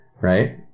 right